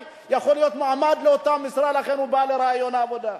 יכול להיות מועמד לאותה משרה ולכן הוא בא לראיון העבודה.